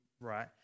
right